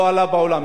לא עלה בעולם.